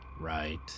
Right